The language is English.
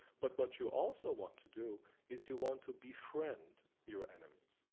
but what you also want to do is you want to befriend your enemies.